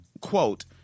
quote